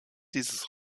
dieses